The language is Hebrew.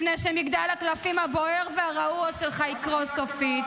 לפני שמגדל הקלפים הבוער והרעוע שלך יקרוס סופית.